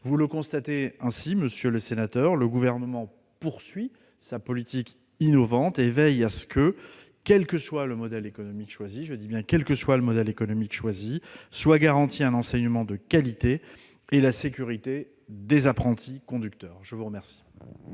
Vous le constatez, le Gouvernement poursuit sa politique innovante et veille à ce que, quel que soit le modèle économique choisi, soient garantis un enseignement de qualité et la sécurité des apprentis conducteurs. La parole